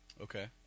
Okay